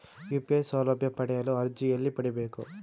UPI ಸೌಲಭ್ಯ ಪಡೆಯಲು ಅರ್ಜಿ ಎಲ್ಲಿ ಪಡಿಬೇಕು?